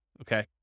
Okay